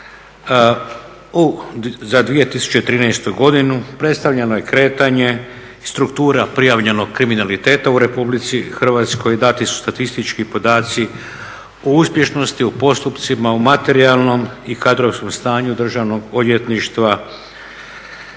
za 2013. godinu. Predstavljeno je kretanje i struktura prijavljenog kriminaliteta u Republici Hrvatskoj, dati su statistički podaci o uspješnosti, o postupcima, o materijalnom i kadrovskom stanju Državnog odvjetništva i sa